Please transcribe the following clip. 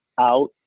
out